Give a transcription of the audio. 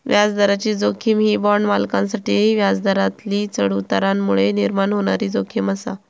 व्याजदराची जोखीम ही बाँड मालकांसाठी व्याजदरातील चढउतारांमुळे निर्माण होणारी जोखीम आसा